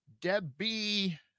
Debbie